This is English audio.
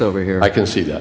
over here i can see that